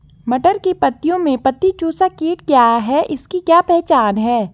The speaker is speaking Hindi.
मटर की पत्तियों में पत्ती चूसक कीट क्या है इसकी क्या पहचान है?